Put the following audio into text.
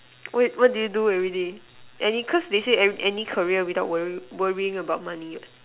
wait what do you do everyday and it cause they say any career without worry worrying about money what